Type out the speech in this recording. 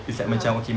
(uh huh)